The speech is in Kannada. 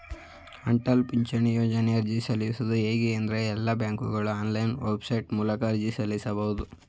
ಅಟಲ ಪಿಂಚಣಿ ಯೋಜ್ನಗೆ ಅರ್ಜಿ ಸಲ್ಲಿಸುವುದು ಹೇಗೆ ಎಂದ್ರೇ ಎಲ್ಲಾ ಬ್ಯಾಂಕ್ಗಳು ಆನ್ಲೈನ್ ವೆಬ್ಸೈಟ್ ಮೂಲಕ ಅರ್ಜಿ ಸಲ್ಲಿಸಬಹುದು